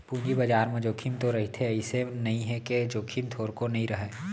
पूंजी बजार म जोखिम तो रहिथे अइसे नइ हे के जोखिम थोरको नइ रहय